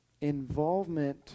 involvement